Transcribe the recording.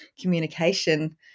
communication